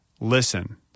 listen